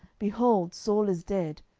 behold, saul is dead,